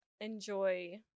enjoy